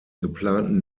geplanten